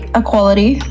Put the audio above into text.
equality